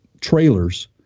trailers